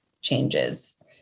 changes